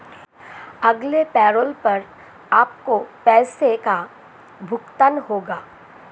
अगले पैरोल पर आपके पैसे का भुगतान होगा